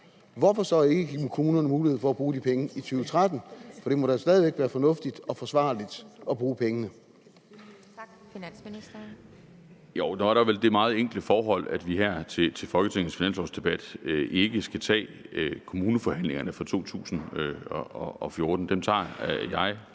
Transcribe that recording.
hvorfor så ikke give kommunerne mulighed for at bruge de penge i 2013? Det må da stadig væk være fornuftigt og forsvarligt at bruge pengene.